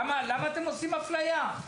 למה אתם עושים אפליה?